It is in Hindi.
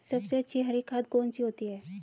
सबसे अच्छी हरी खाद कौन सी होती है?